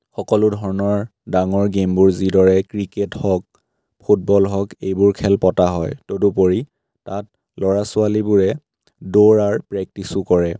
সকলো ধৰণৰ ডাঙৰ গে'মবোৰ যিদৰে ক্ৰিকেট হওক ফুটবল হওক এইবোৰ খেল পতা হয় তদুপৰি তাত ল'ৰা ছোৱালীবোৰে দৌৰাৰ প্ৰেক্টিচো কৰে